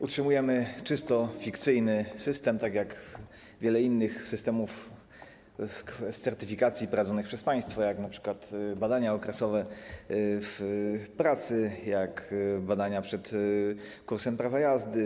Utrzymujemy czysto fikcyjny system tak jak wiele innych systemów z certyfikacji prowadzonych przez państwo, jak np. badania okresowe w pracy czy badania przed kursem prawa jazdy.